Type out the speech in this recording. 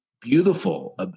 beautiful